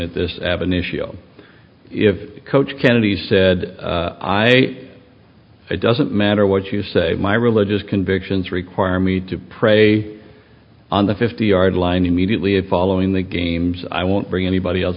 at this have an issue if coach kennedy's said i it doesn't matter what you say my religious convictions require me to pray on the fifty yard line immediately following the games i won't bring anybody else